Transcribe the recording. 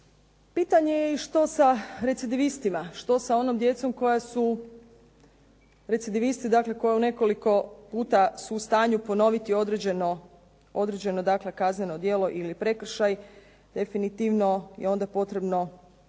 Pitanje je i što sa recidivistima? Što sa onom djecom koja su recidivisti koja u nekoliko puta su u stanju ponoviti određeno kazneno djelo ili prekršaj. Definitivno je onda potrebno